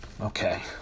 Okay